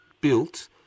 built